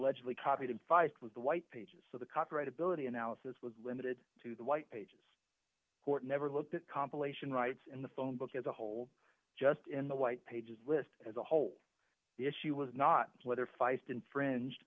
y copied in feist was the white pages so the copyright ability analysis was limited to the white pages court never looked at compilation rights in the phone book as a whole just in the white pages list as a whole the issue was not whether feist infringed